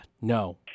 no